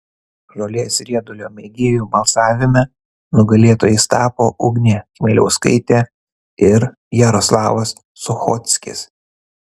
žolės riedulio mėgėjų balsavime nugalėtojais tapo ugnė chmeliauskaitė ir jaroslavas suchockis